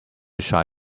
shy